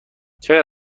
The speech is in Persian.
چقدر